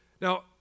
Now